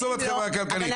בסוף את חברה כלכלית.